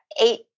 eight